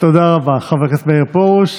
תודה רבה, חבר הכנסת מאיר פרוש.